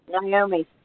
Naomi